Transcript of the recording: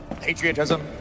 patriotism